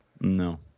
No